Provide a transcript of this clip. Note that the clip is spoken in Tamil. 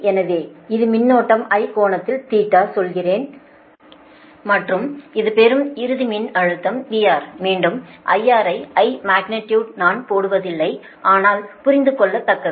எனவே இது மின்னோட்டம் I கோணத்தில் சொல்கிறேன் மற்றும் இது பெறும் இறுதி மின்னழுத்தம் VR மீண்டும் IR ஐ I மக்னிடியுடு நான் போடுவதில்லை ஆனால் புரிந்துகொள்ளத்தக்கது